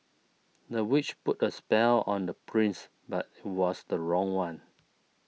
the witch put a spell on the prince but was the wrong one